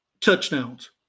touchdowns